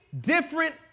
different